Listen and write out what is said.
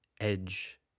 edge